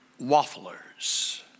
wafflers